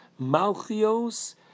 Malchios